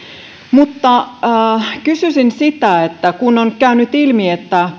mutta kysyisin siitä kun on käynyt ilmi että